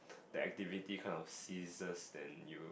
the activity kinds of ceases then you